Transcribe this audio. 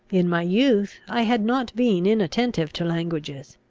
in my youth i had not been inattentive to languages.